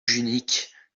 junique